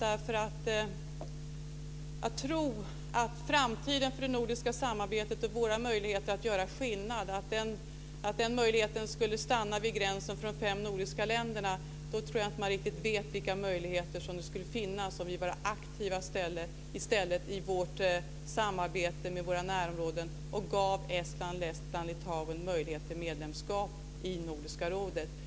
Om man tror att framtiden för det nordiska samarbetet och våra möjligheter att göra skillnad skulle stanna vid gränsen för de fem nordiska länderna tror jag inte att man riktigt vet vilka möjligheter som skulle finnas om vi i stället vore aktiva i vårt samarbete med våra närområden och gav Estland, Lettland och Litauen möjlighet till medlemskap i Nordiska rådet.